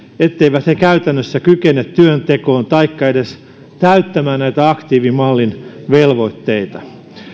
etteivät he käytännössä kykene työntekoon taikka edes täyttämään näitä aktiivimallin velvoitteita